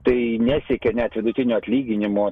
tai nesiekia net vidutinio atlyginimo